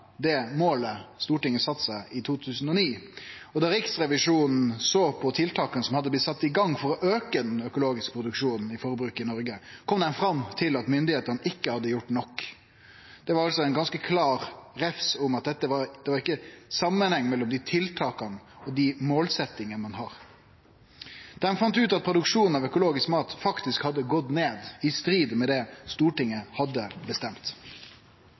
det målet Stortinget sette seg i 2009. Da Riksrevisjonen såg på tiltaka som hadde blitt sette i gang for å auke den økologiske produksjonen og det økologiske forbruket i Noreg, kom dei fram til at myndigheitene ikkje hadde gjort nok. Det var altså ein ganske klar refs om at det ikkje var samanheng mellom dei tiltaka og dei målsetjingane ein har. Dei fann ut at produksjonen av økologisk mat faktisk hadde gått ned, i strid med det Stortinget hadde bestemt.